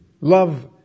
love